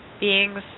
beings